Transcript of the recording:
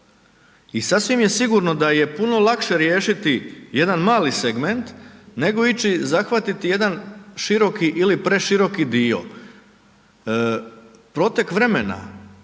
i sasvim je sigurno da je puno lakše riješiti jedan mali segment nego ići zahvatiti jedan široki ili preširoki dio. Protek vremena